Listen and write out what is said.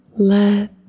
Let